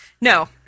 No